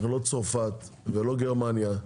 אנחנו לא צרפת ולא גרמניה.